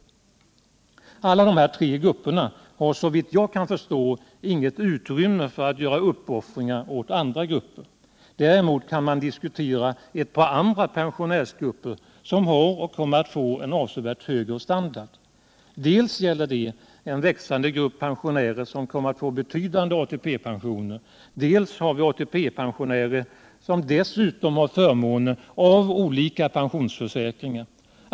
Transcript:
Ingen av de här tre grupperna har såvitt jag kan förstå något utrymme för att göra uppoffringar åt andra grupper. Däremot kan man diskutera ett par andra pensionärsgrupper, som har och kommer att få en avsevärt högre standard. Dels gäller det en växande grupp pensionärer som kommer att få betydande ATP-pensioner, dels ATP-pensionärer som dessutom har förmåner av olika pensionsförsäkringar.